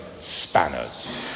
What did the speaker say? spanners